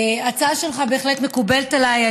ההצעה שלך בהחלט מקובלת עליי.